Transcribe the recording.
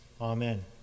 Amen